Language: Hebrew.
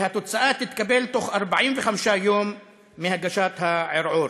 והתוצאה תתקבל תוך 45 יום מהגשת הערעור.